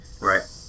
Right